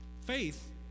Faith